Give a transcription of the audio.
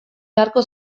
beharko